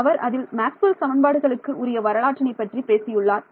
அவர் அதில் மேக்ஸ்வெல் சமன்பாடுகளுக்கு உரிய வரலாற்றினை பற்றி பேசியுள்ளார்